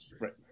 Right